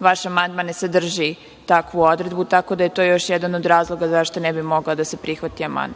vaš amandman ne sadrži takvu odredbu, tako da je to još jedan od razloga zašto ne bi mogao da se prihvati amandman.